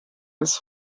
als